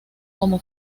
como